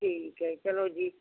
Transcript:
ਠੀਕ ਹੈ ਚਲੋ ਜੀ